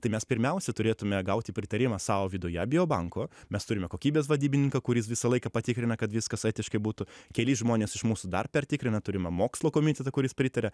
tai mes pirmiausia turėtume gauti pritarimą savo viduje bio banko mes turime kokybės vadybininką kuris visą laiką patikrina kad viskas etiškai būtų keli žmonės iš mūsų dar pertikrina turime mokslo komitetą kuris pritaria